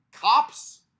cops